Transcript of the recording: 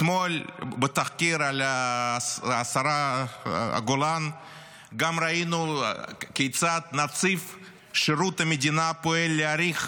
אתמול בתחקיר על השרה גולן גם ראינו כיצד נציב שירות המדינה פועל להאריך